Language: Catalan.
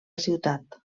ciutat